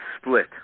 split